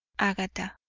agatha.